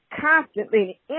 constantly